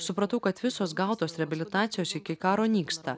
supratau kad visos gautos reabilitacijos iki karo nyksta